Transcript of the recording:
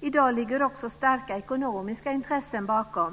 I dag ligger också starka ekonomiska intressen bakom.